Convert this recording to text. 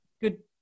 good